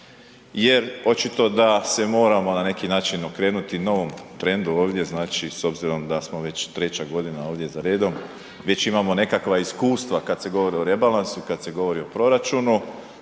jer očito da se moramo na neki način okrenuti novom trendu ovdje znači s obzirom da smo već treća godina ovdje za redom, već imamo nekakva iskustva kad se govori o rebalansu, kad se govori o proračunu.